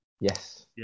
Yes